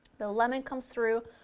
the lemon comes through,